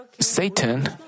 Satan